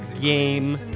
game